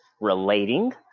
relating